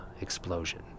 explosion